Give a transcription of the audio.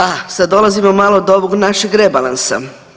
A sad dolazimo malo do ovog našeg rebalansa.